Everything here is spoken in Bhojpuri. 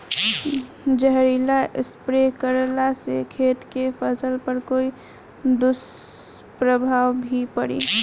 जहरीला स्प्रे करला से खेत के फसल पर कोई दुष्प्रभाव भी पड़ी?